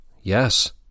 Yes